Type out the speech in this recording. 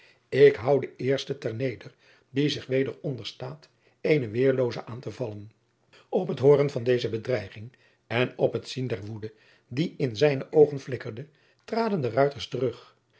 ik houw den eersten ter neder die zich weder onderstaat eenen weerloozen aan te vallen op het hooren van deze bedreiging en op het zien der woede die in zijne oogen flikkerde traden de ruiters terug